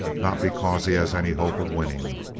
not because he has any hope of winning.